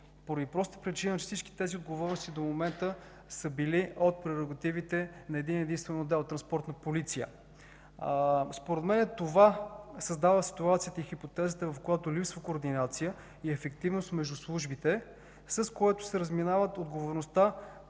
поради простата причина, че всички тези отговорности до момента са били от прерогативите на един-единствен отдел – „Транспортна полиция”. Според мен това създава ситуацията и хипотезата – когато липсва координация и ефективност между службите, се разминават отговорността,